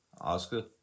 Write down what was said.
Oscar